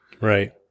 Right